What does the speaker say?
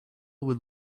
would